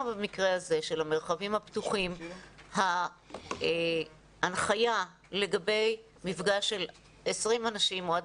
במקרה הזה של המרחבים הפתוחים ההנחיה לגבי מפגש של 20 אנשים או עד